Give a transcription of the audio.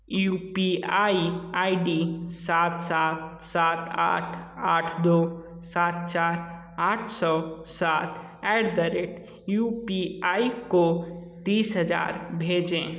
you P I I D सात सात सात आठ आठ दो सात चार आठ सौ सात at the rate U P I को तीस हज़ार भेजें